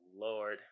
Lord